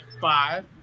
five